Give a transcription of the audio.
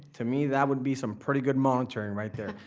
to me, that would be some pretty good monitoring right there.